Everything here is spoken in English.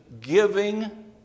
giving